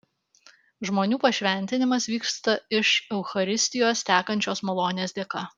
žmonių pašventinimas vyksta iš eucharistijos tekančios malonės dėka